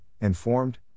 informed